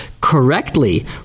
correctly